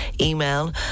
email